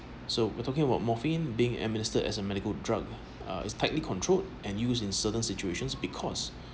so we're talking about morphine being administered as a medical drug uh is tightly controlled and used in certain situations because